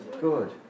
good